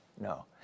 No